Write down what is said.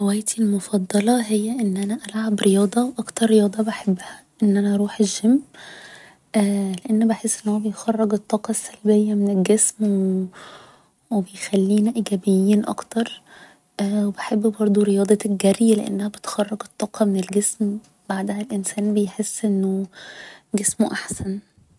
هوايتي المفضلة هي أن أنا ألعب رياضة و اكتر رياضة بحبها أن أنا أروح الچيم لان بحس انه بيخرج الطاقة السلبية من الجسم و بيخلينا إيجابيين اكتر و بحب برضه رياضة الجري لأنها بتخرج الطاقة من الجسم بعدها الإنسان بيحس انه جسمه احسن